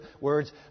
words